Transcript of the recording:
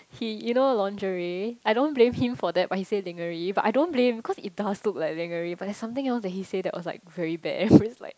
he you know lingerie I don't blame him for that but he say lingerie but I don't blame cause it does look like lingerie but there's something else that he say that was like very bad everybody's like